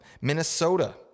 Minnesota